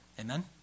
Amen